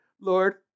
Lord